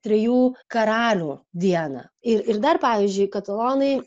trijų karalių dieną ir ir dar pavyzdžiui katalonai